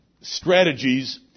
strategies